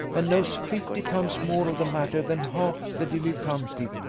and knows fifty times more of the matter than half the dilettanti,